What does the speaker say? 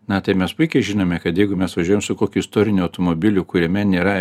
na tai mes puikiai žinome kad jeigu mes važiuojam su kokiu istoriniu automobiliu kuriame nėra